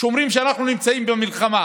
שאומרים שאנחנו נמצאים במלחמה,